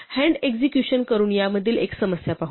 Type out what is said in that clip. hand execution करून यामधील एक समस्या पाहू